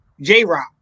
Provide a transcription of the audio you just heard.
j-rock